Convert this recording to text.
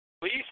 Please